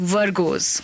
Virgos